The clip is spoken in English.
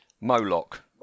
Moloch